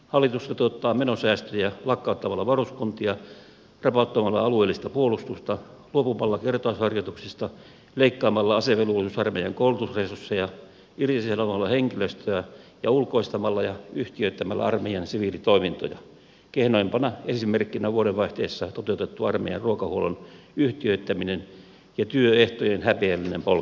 hallitus toteuttaa menosäästöjä lakkauttamalla varuskuntia rapauttamalla alueellista puolustusta luopumalla kertausharjoituksista leikkaamalla asevelvollisuusarmeijan koulutusresursseja irtisanomalla henkilöstöä ja ulkoistamalla ja yhtiöittämällä armeijan siviilitoimintoja kehnoimpana esimerkkinä vuodenvaihteessa toteutettu armeijan ruokahuollon yhtiöittäminen ja työehtojen häpeällinen polkeminen